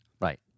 Right